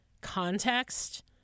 Context